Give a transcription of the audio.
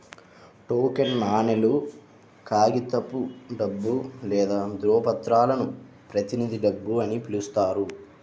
token నాణేలు, కాగితపు డబ్బు లేదా ధ్రువపత్రాలను ప్రతినిధి డబ్బు అని పిలుస్తారు